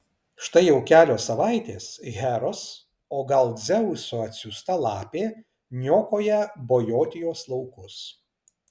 štai jau kelios savaitės heros o gal dzeuso atsiųsta lapė niokoja bojotijos laukus